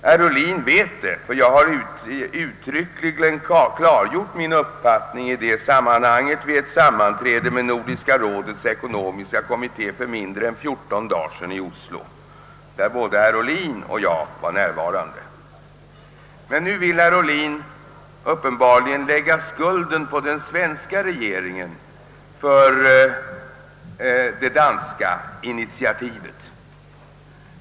Herr Ohlin vet det, ty jag har uttryckligen klargjort min uppfattning på den punkten vid ett sammanträde i Nordiska rådets ekonomiska kommitté för mindre än fjorton dagar sedan i Oslo, där både herr Ohlin och jag var närvarande. Men nu vill herr Ohlin uppenbarligen lägga skulden för det danska initiativet på den svenska regeringen.